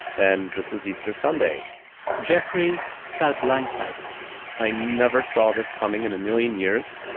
and this was easter sunday jeffrey felt blindsided i never saw this coming in a million years.